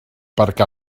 perquè